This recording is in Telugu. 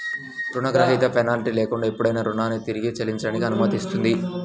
రుణగ్రహీత పెనాల్టీ లేకుండా ఎప్పుడైనా రుణాన్ని తిరిగి చెల్లించడానికి అనుమతిస్తుంది